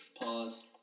pause